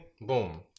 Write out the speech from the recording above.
Boom